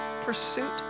pursuit